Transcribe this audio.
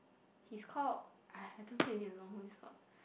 he's called !aiya! I don't think you need to know who he's called